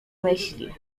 myśli